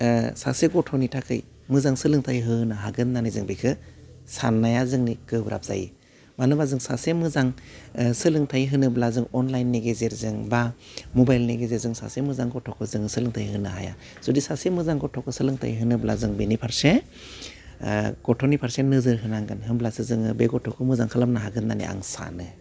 ओह सासे गथ'नि थाखाइ मोजां सोलोंथाइ होनो हागोन होन्नानै जों बेखो सान्नाया जोंनि गोब्राब जायो मानो होनबा जों सासे मोजां ओह सोलोंथाइ होनोब्ला जों अनलाइननि गेजेरजों बा मबाइलनि गेजेरजों सासे मोजां गथ'खौ जों सोलोंथाइ होनो हाया जुदि सासे मोजां गथ'खौ सोलोंथाइ होनोब्ला जों बेनि फारसे ओह गथ'नि फारसे नोजोर होनांगोन होनब्लासो जोङो बे गथ'खौ मोजां खालामनो हागोन होन्नानै आं सानो